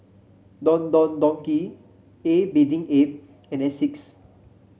Don Don Donki A Bathing Ape and Asics